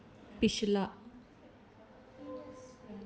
पिछला